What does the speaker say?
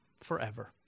forever